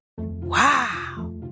Wow